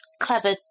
clever